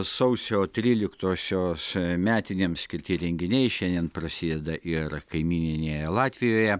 sausio tryliktosios metinėms skirti renginiai šiandien prasideda ir kaimyninėje latvijoje